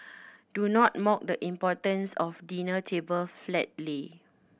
do not mock the importance of dinner table flat lay